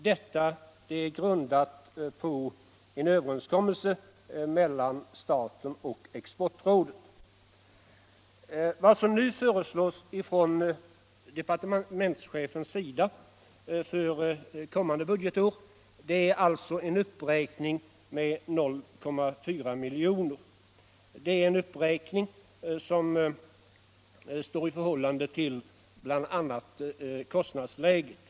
Detta anslag är grundat på en överenskommelse mellan staten och Exportrådet. Vad som nu föreslås av departementschefen för kommande budgetår är alltså en uppräkning med 0,4 milj.kr. med hänsyn till bl.a. kostnadsläget.